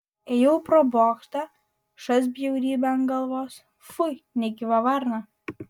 ėjau pro bokštą šast bjaurybė ant galvos fui negyva varna